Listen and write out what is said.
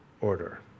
order